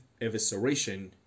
evisceration